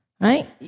right